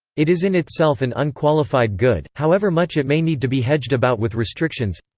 it is in itself an unqualified good, however much it may need to be hedged about with restrictions.